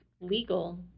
legal